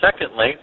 Secondly